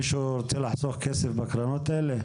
מישהו רוצה לחסוך כסף בקרנות האלה?